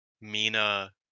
Mina